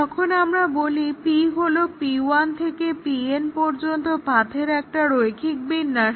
তখন আমরা বলি p হলো p1 থেকে pn পর্যন্ত পাথের একটা রৈখিক বিন্যাস